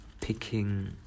picking